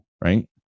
right